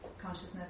consciousness